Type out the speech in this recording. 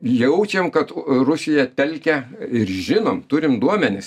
jaučiam kad rusija telkia ir žinom turim duomenis